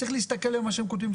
צריך לקרוא את מה שהם כותבים.